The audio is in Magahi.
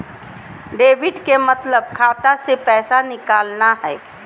डेबिट के मतलब खाता से पैसा निकलना हय